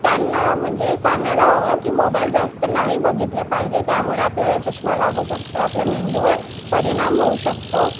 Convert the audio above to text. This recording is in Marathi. त्यांना म्हणजे सांगायला हवं की मोबाईल जास्त नाही बघितले पाहिजे त्यामुळे आपल्याला चष्मा लागू शकतो आपल्या मेंदूवर परिणाम होऊ शकतो